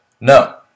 No